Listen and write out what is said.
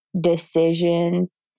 decisions